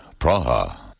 Praha